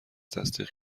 تصدیق